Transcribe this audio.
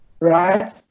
right